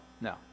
no